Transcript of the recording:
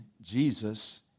Jesus